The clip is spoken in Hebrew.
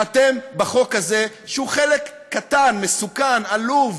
ואתם, בחוק הזה, שהוא חלק קטן, מסוכן, עלוב,